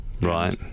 right